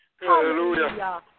Hallelujah